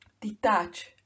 detach